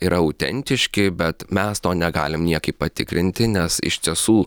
yra autentiški bet mes to negalim niekaip patikrinti nes iš tiesų